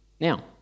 Now